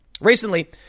Recently